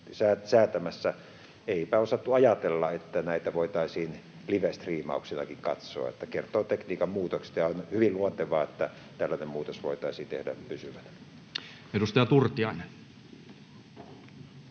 säätämässä, eipä osattu ajatella, että näitä voitaisiin livestriimauksellakin katsoa. Se kertoo tekniikan muutoksesta, ja on hyvin luontevaa, että tällainen muutos voitaisiin tehdä pysyvänä. [Speech